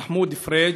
מחמוד פריג',